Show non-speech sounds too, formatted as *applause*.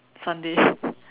Sunday *breath*